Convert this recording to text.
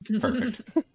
Perfect